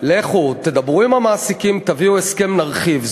לכו, תדברו עם המעסיקים, תביאו הסכם, נרחיב.